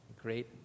Great